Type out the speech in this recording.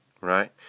Right